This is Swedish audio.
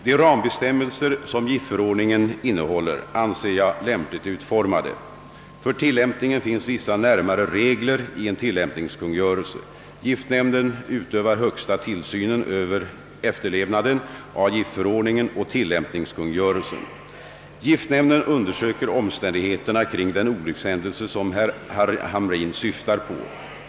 De rambestämmelser som giftförordningen innehåller anser jag lämpligt utformade. För tillämpningen finns vissa närmare regler i en tillämpningskungörelse. Giftnämnden utövar högsta tillsynen över efterlevnaden av giftförordningen och tillämpningskungörelsen. Giftnämnden undersöker omständigheterna kring den olyckshändelse som herr Hamrin syftar på.